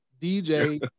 DJ